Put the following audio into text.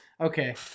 Okay